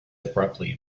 abruptly